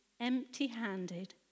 empty-handed